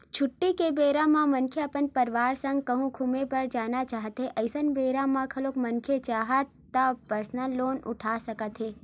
छुट्टी के बेरा म मनखे अपन परवार संग कहूँ घूमे बर जाना चाहथें अइसन बेरा म घलोक मनखे चाहय त परसनल लोन उठा सकत हे